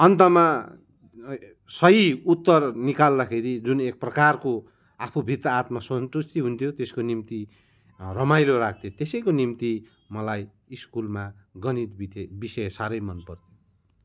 अन्तमा सही उत्तर निकाल्दाखेरि जुन एक प्रकारको आफूभित्र आत्मासन्तुष्टि हुन्थ्यो त्यसको निम्ति रमाइलो लाग्थ्यो त्यसैको निम्ति मलाई स्कुलमा गणित बिते विषय साह्रै मनपर्थ्यो